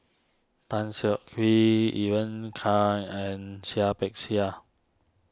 Tan Siak Kew Ivan can and Seah Peck Seah